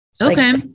Okay